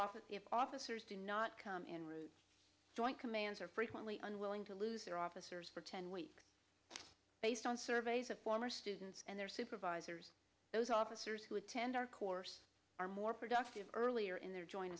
office officers do not come in joint commands are frequently unwilling to lose their officers for ten weeks based on surveys of former students and their supervisors those officers who attend our course are more productive earlier in their join